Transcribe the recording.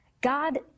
God